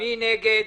מי נגד?